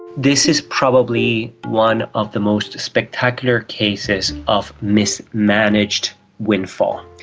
this is probably one of the most spectacular cases of mismanaged windfall.